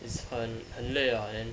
is 很很累 ah then